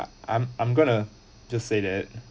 I'm I'm going to just say that